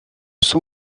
son